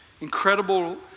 incredible